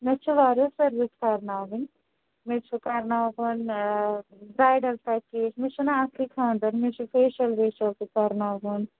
مےٚ چھُ واریاہ سٔروِس کَرناوٕنۍ مےٚ چھُ کَرناوُن برٛایڈَل پٮ۪کیج مےٚ چھُناہ اَصلی خانٛدَر مےٚ چھُ فیشَل ویشَل تہِ کَرناوُن